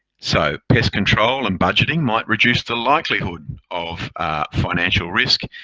so pest control and budgeting might reduce the likelihood of a financial risk,